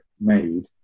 made